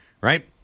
right